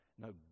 No